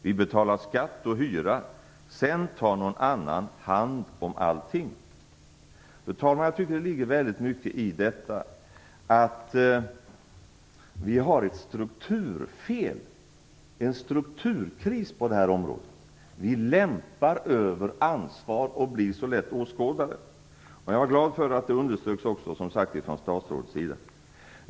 Vi betalar skatt och hyra - sen tar någon annan hand om allting." Fru talman! Jag tycker att det ligger mycket i detta. Vi har ett strukturfel, en strukturkris på det här området. Vi lämpar över ansvar och blir så lätt åskådare. Jag är glad över att det också underströks av statsrådet.